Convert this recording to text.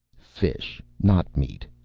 fish, not meat.